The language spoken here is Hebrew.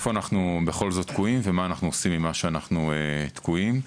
איפה אנחנו בכל זאת תקועים ומה אנחנו עושים עם מה שאנחנו תקועים בו?